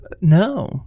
No